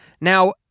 Now